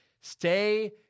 Stay